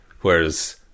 whereas